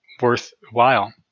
worthwhile